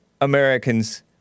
Americans